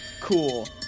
Cool